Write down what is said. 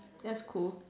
that's cool